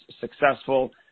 successful